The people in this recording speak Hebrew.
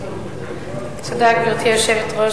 גברתי היושבת-ראש,